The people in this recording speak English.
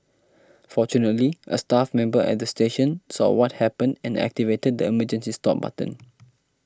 fortunately a staff member at the station saw what happened and activated the emergency stop button